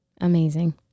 Amazing